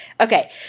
Okay